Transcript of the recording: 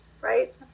right